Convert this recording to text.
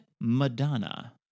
Madonna